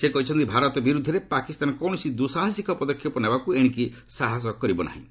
ସେ କହିଛନ୍ତି ଭାରତ ବିରୁଦ୍ଧରେ ପାକିସ୍ତାନ କୌଣସି ଦ୍ୟୁସାହସୀକ ପଦକ୍ଷେପ ନେବାକୁ ଏଶିକି ସାହସ କରିବ ନାହିଁ